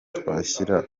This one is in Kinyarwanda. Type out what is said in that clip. twashyira